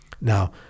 now